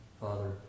Father